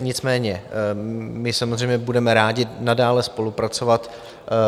Nicméně my samozřejmě budeme rádi nadále spolupracovat